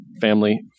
family